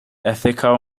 ethical